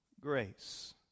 grace